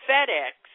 FedEx